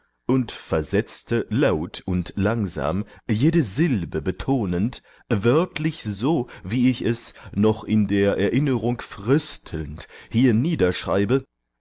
und versetzte laut und langsam jede silbe betonend wörtlich so wie ich es noch in der erinnerung fröstelnd hier niederschreibe